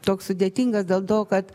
toks sudėtingas dėl to kad